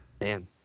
Man